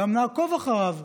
נעקוב גם אחריו,